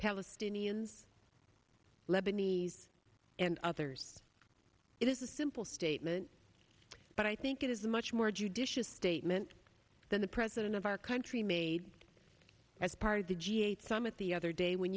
palestinians lebanese and others it is a simple statement but i think it is a much more judicious statement than the president of our country made as part of the g eight summit the other day when